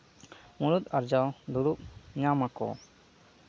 ᱢᱩᱬᱩᱫ ᱟᱨᱡᱟᱣ ᱫᱩᱨᱤᱵ ᱧᱟᱢ ᱟᱠᱚ